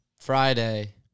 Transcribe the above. Friday